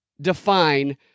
define